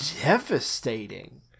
devastating